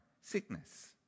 sickness